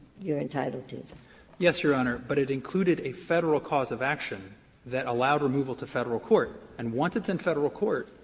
you're entitled to. stancil yes, your honor, but it included a federal cause of action that allowed removal to federal court, and once it's in federal court,